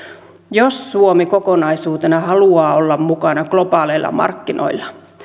jos suomi kokonaisuutena haluaa olla mukana globaaleilla markkinoilla